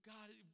God